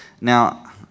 Now